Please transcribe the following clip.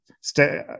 stay